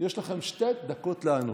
יש לכם שתי דקות לענות.